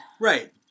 Right